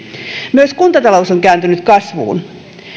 myös kuntatalous on kääntynyt kasvuun